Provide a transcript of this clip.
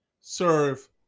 serve